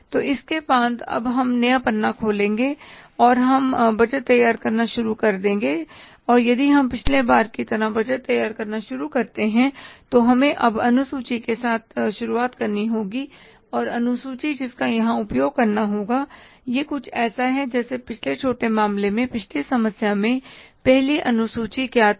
तो इसके बाद अब हम नया पन्ना खोलेंगे और हम बजट तैयार करना शुरू कर देंगे और यदि हम पिछले बार की तरह बजट तैयार करना शुरू करते हैं तो हमें अब अनुसूची के साथ शुरुआत करनी होगी और अनुसूची जिसका यहां उपयोग करना होगा यह कुछ ऐसा है जैसे पिछले छोटे मामले में पिछली समस्या में पहली अनुसूची क्या थी